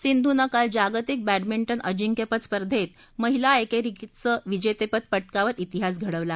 सिंधुनं काल जागतिक बह्मिंटन अजिंक्यपद स्पर्धेत महिला िंसीचं विजस्प्रेंडे पटकावत ितिहास घडवला